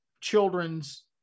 children's